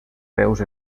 peus